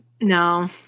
No